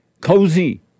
cozy